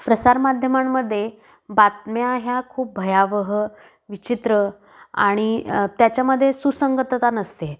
प्रसारमाध्यमांमध्ये बातम्या ह्या खूप भयावह विचित्र आणि त्याच्यामध्ये सुसंगतता नसते